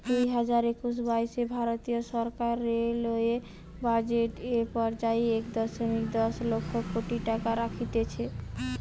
দুইহাজার একুশ বাইশে ভারতীয় সরকার রেলওয়ে বাজেট এ পর্যায়ে এক দশমিক দশ লক্ষ কোটি টাকা রাখতিছে